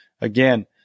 again